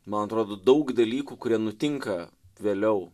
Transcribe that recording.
man atrodo daug dalykų kurie nutinka vėliau